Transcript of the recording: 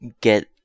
get